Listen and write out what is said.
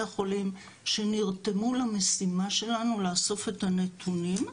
החולים שנרתמו למשימה שלנו לאסוף את הנתונים,